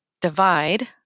divide